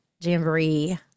jamboree